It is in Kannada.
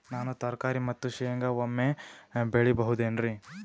ನಾನು ತರಕಾರಿ ಮತ್ತು ಶೇಂಗಾ ಒಮ್ಮೆ ಬೆಳಿ ಬಹುದೆನರಿ?